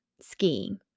skiing